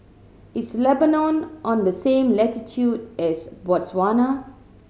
is Lebanon on the same latitude as Botswana